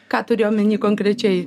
ką turi omeny konkrečiai